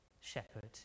shepherd